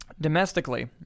Domestically